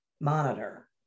monitor